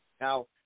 Now